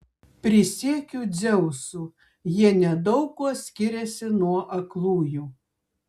prisiekiu dzeusu jie nedaug kuo skiriasi nuo aklųjų